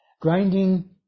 grinding